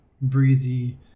breezy